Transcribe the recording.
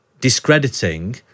discrediting